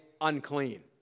unclean